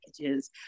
packages